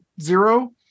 zero